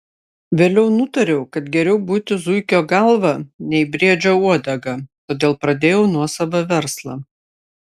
vėliau nutariau kad geriau būti zuikio galva nei briedžio uodega todėl pradėjau nuosavą verslą